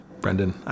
Brendan